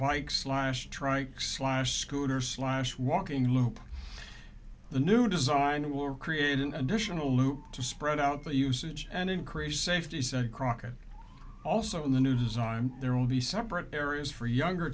bike slash trikes live scooter slash walking loop the new design will create an additional loop to spread out the usage and increase safety said crockett also in the news i'm there will be separate areas for younger